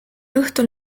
õhtul